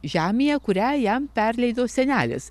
žemėje kurią jam perleido senelis